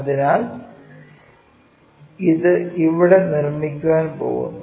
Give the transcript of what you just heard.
അതിനാൽ ഇത് ഇവിടെ നിർമ്മിക്കാൻ പോകുന്നു